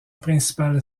principale